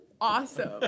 awesome